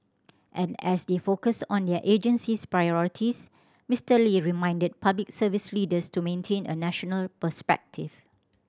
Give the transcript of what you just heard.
and as they focus on their agency's priorities Mister Lee reminded Public Service leaders to maintain a national perspective